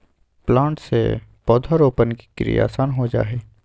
planter से पौधरोपण के क्रिया आसान हो जा हई